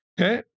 Okay